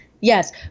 yes